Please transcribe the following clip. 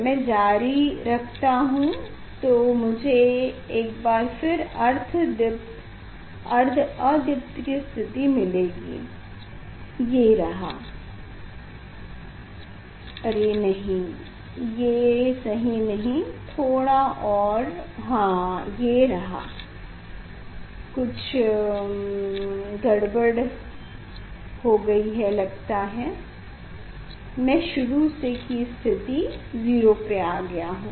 मैं जारी रखता हूँ तो मुझे फिर एक बार अर्ध दीप्त -अर्ध अदीप्त की स्थिति मिलेगी ये रहा नहीं ये सही नहीं थोड़ा और हाँ ये रहा कुछ गड़बड़ हो गयी है लगता है मैं शुरू की स्थिति '0' में आ गया हूँ